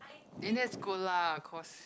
then that's good lah cause